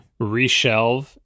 reshelve